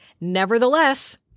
nevertheless